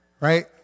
right